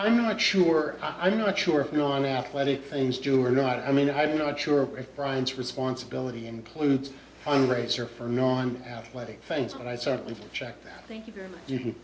i'm not sure i'm not sure you know an athletic things do or not i mean i'm not sure if bryant's responsibility includes fundraiser for non athletic face but i certainly